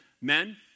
Men